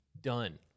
done